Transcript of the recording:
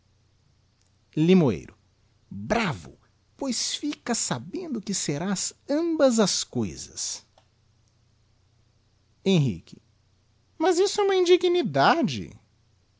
limoeiro bravo pois fica sabendo que serás ambas as coisas henrique mas isto é uma indignidade